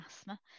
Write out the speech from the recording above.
asthma